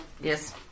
Yes